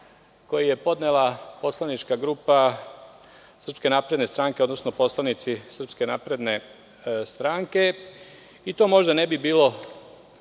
koji je podnela poslanička grupa Srpska napredna stranka, odnosno poslanici Srpske napredne stranke i to možda ne bi bilo